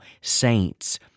saints